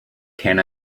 can